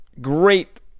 great